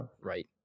right